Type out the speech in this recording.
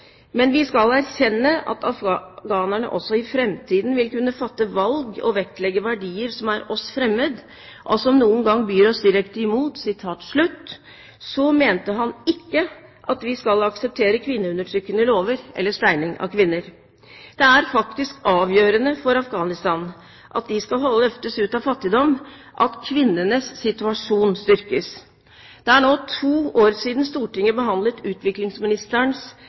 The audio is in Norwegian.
vi skal erkjenne at afghanerne også i fremtiden vil kunne fatte valg og vektlegge verdier som er oss fremmed, og som noen ganger byr oss direkte imot», så mente han ikke at vi skal akseptere kvinneundertrykkende lover eller steining av kvinner. Det er faktisk avgjørende for at Afghanistan skal løftes ut av fattigdom, at kvinnenes situasjon styrkes. Det er nå to år siden Stortinget behandlet utviklingsministerens